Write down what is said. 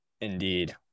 Indeed